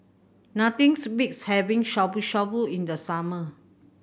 nothings beats having Shabu Shabu in the summer